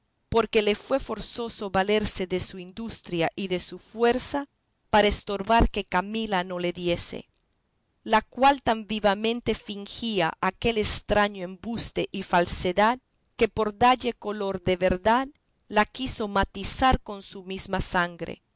porque le fue forzoso valerse de su industria y de su fuerza para estorbar que camila no le diese la cual tan vivamente fingía aquel estraño embuste y fealdad que por dalle color de verdad la quiso matizar con su misma sangre